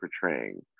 portraying